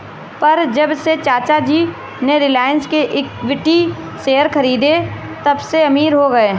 पर जब से चाचा जी ने रिलायंस के इक्विटी शेयर खरीदें तबसे अमीर हो गए